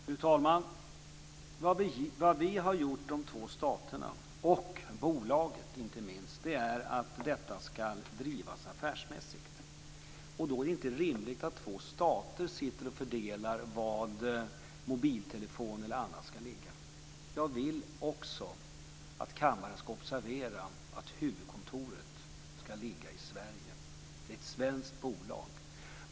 Fru talman! Vad vi har beslutat, de två staterna och bolaget inte minst, är att detta skall drivas affärsmässigt. Då är det inte rimligt att två stater sitter och fördelar var mobiltelefoni eller annat skall förläggas. Jag vill också att kammaren skall observera att huvudkontoret skall ligga i Sverige. Det är ett svenskt bolag.